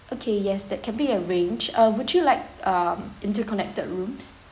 okay yes that can be arranged uh would you like um interconnected rooms